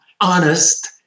honest